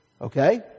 Okay